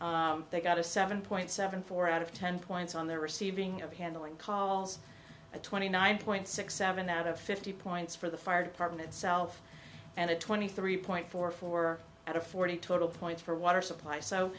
scale they got a seven point seven four out of ten points on their receiving of handling calls twenty nine point six seven out of fifty points for the fire department itself and a twenty three point four four out of forty total points for water supply so